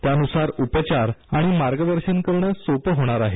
त्यानुसार उपचार आणि मार्गदर्शन करणे सोपे होणार आहे